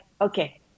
okay